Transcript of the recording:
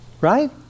right